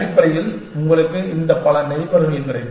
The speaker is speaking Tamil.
அடிப்படையில் உங்களுக்கு இந்த பல நெய்பர்கள் கிடைக்கும்